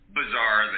bizarre